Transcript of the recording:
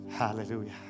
Hallelujah